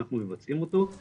אנחנו מבצעים אותו.-